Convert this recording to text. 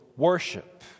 Worship